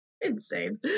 Insane